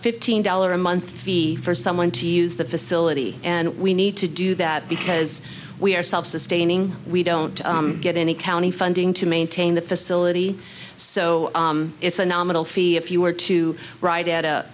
fifteen dollar a month fee for someone to use the facility and we need to do that because we ourselves sustaining we don't get any county funding to maintain the facility so it's a nominal fee if you were to wri